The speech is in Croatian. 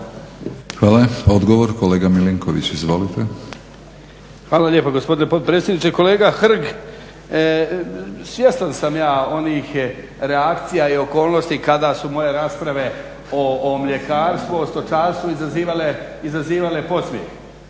Hvala. Odgovor kolega Milinković, izvolite. **Milinković, Stjepan (HDZ)** Hvala lijepa gospodine potpredsjedniče. Kolega Hrg, svjestan sam ja onih reakcija i okolnosti kada su moje rasprave o mljekarstvu, o stočarstvu izazivale podsmjeh.